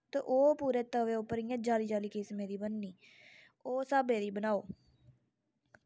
ते ओह् पूरे तवे उप्पर इं'या जाली जाली किस्में दी बननी उस स्हाबे दी बनाओ